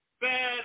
better